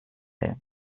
will